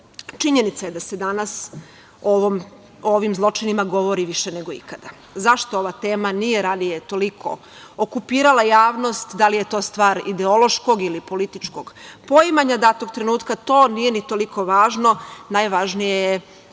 RomimaČinjenica je da se danas o ovim zločinima govori više nego ikada. Zašto ova tema nije ranije toliko okupirala javnost? Da li je to stvar ideološkog ili političkog poimanja datog trenutka? To nije ni toliko važno. Najvažnije je